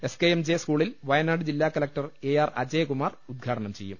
S K M J സ്കൂളിൽ വയനാട് ജില്ലാകലക്ടർ A R Ajayakumar ഉദ്ഘാ ടനം ചെയ്യും